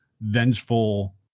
vengeful